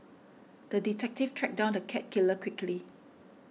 the detective tracked down the cat killer quickly